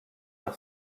par